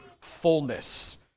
fullness